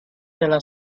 della